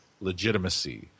legitimacy